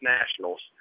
Nationals